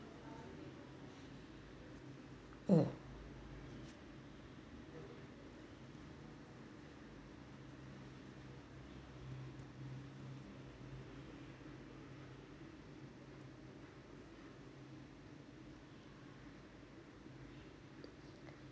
mm